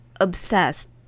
obsessed